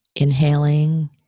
inhaling